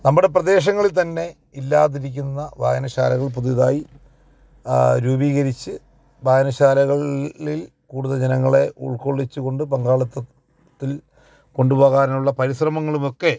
നമ്മുടെ പ്രദേശങ്ങളില് തന്നെ ഇല്ലാതിരിക്കുന്ന വായനശാലകള് പുതുതായി രൂപീകരിച്ച് വായനശാലകളില് കൂടുതൽ ജനങ്ങളെ ഉള്ക്കൊള്ളിച്ചുകൊണ്ട് പങ്കാളിത്തത്തില് കൊണ്ടുപോകാനുള്ള പരിശ്രമങ്ങളുമൊക്കെ